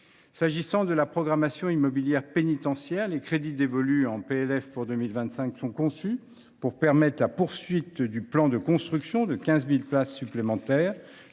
Concernant la programmation immobilière pénitentiaire, les crédits dévolus en PLF pour 2025 sont conçus pour permettre la poursuite du plan de construction de 15 000 places supplémentaires.